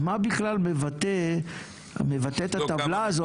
מה בכלל מבטאת הטבלה הזאת?